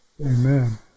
Amen